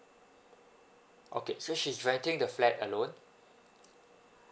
okay so she's renting the flat alone